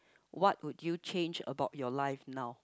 what would you change about your life now